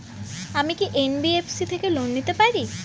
আমি কি এন.বি.এফ.সি থেকে লোন নিতে পারি?